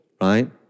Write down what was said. right